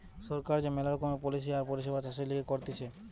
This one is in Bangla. সরকার যে মেলা রকমের পলিসি আর পরিষেবা চাষের লিগে করতিছে